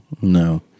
No